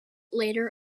later